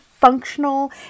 functional